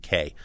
UK